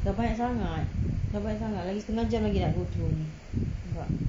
dah banyak sangat dah banyak sangat lagi setengah jam lagi nak go through ni nampak